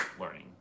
learning